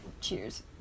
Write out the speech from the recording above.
Cheers